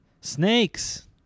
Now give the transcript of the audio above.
snakes